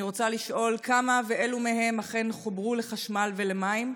אני רוצה לשאול: 1. כמה ואילו מהם אכן חוברו לחשמל ולמים?